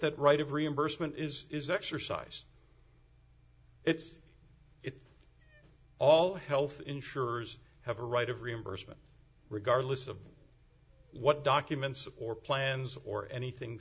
that right of reimbursement is is exercised its it all health insurers have a right of reimbursement regardless of what documents or plans or anything